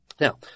Now